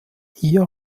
hier